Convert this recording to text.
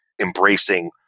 embracing